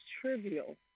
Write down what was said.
trivial